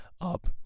up